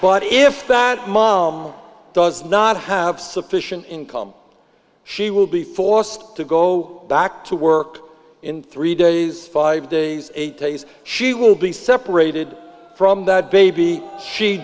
older if that mom does not have sufficient income she will be forced to go back to work in three days five days eight days she will be separated from that baby she